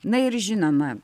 na ir žinoma